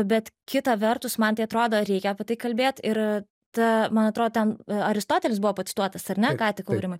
bet kita vertus man tai atrodo reikia apie tai kalbėt ir ta man atrodo ten aristotelis buvo pacituotas ar ne ką tik aurimai